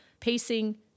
pacing